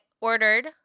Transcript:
ordered